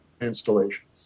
installations